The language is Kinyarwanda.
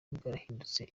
bwarahindutse